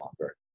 longer